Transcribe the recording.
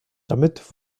damit